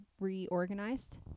reorganized